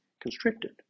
constricted